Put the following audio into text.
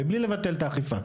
מבלי לבטל את האכיפה,